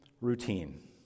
routine